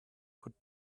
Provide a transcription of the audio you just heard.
could